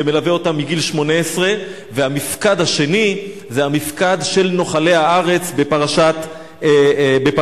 זה מלווה אותם מגיל 18. והמפקד השני זה המפקד של נוחלי הארץ בפרשת פנחס.